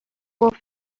قفل